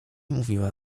mówiła